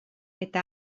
eta